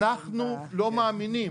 לא מאמינים.